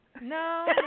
No